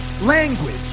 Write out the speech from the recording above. language